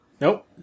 Nope